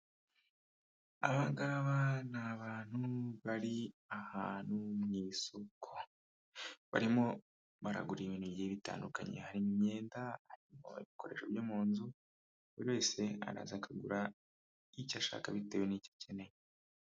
Aba ngaba ni abantu bari ahantu mu isoko. Barimo baragura ibintu bitandukanye, harimo imyenda harimo ibikoresho byo mu nzu, buri wese araza akagura icyo ashaka, bitewe n'icyo akeneye.